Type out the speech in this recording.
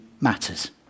matters